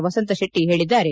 ವಸಂತ್ ಶೆಟ್ಟಿ ಹೇಳಿದ್ದಾರೆ